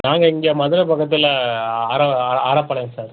நாங்கள் இங்கே மதுரை பக்கத்தில் ஆர ஆரப்பாளையம் சார்